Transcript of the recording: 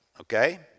okay